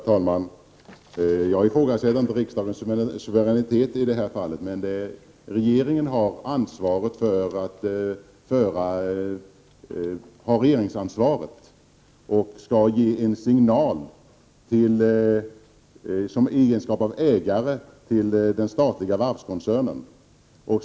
Herr talman! Jag ifrågasätter inte riksdagens suveränitet i detta fall, men regeringen har regeringsansvaret och skall ge en signal i egenskap av ägare till den statliga varvskoncernen.